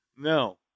No